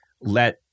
let